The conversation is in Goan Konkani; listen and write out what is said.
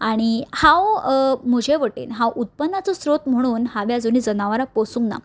आनी हांव म्हजे वटेन हांव उत्पन्नाचो स्त्रोत म्हणून हांवें जनावरांक अजून पोसूंक ना